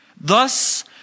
thus